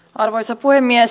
arvoisa puhemies